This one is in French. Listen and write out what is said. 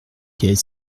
qu’est